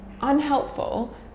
unhelpful